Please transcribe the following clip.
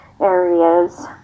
areas